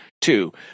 two